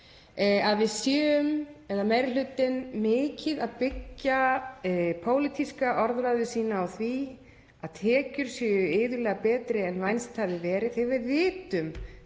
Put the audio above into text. að vera vandamál. Meiri hlutinn er mikið að byggja pólitíska orðræðu sína á því að tekjur séu iðulega betri en vænst hafi verið þegar við vitum